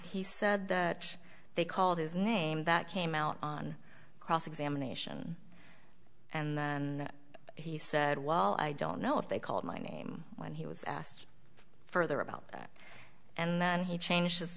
he said that they called his name that came out on cross examination and then he said well i don't know if they called my name when he was asked further about that and he changed his